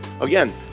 Again